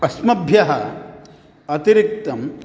अस्मभ्यः अतिरिक्तं